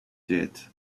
did